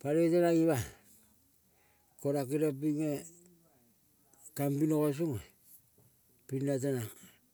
panoi tenang ima-a, ko nang keniong pinge kambinoga songa, pi nang tenang.